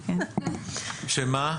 שמה?